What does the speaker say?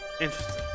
Interesting